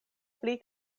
pli